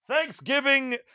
Thanksgiving